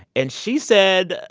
and she said,